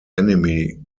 enemy